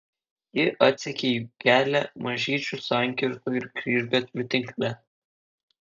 ji atsekė jų kelią mažyčių sankirtų ir kryžgatvių tinkle